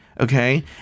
okay